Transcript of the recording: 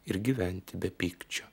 ir gyventi be pykčio